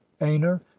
aner